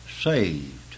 saved